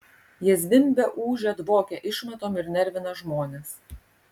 jie zvimbia ūžia dvokia išmatom ir nervina žmones